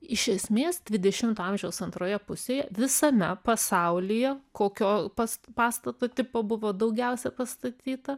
iš esmės dvidešimto amžiaus antroje pusėje visame pasaulyje kokio pas pastato tipo buvo daugiausia pastatyta